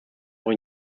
auch